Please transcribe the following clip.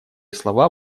слова